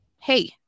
Hey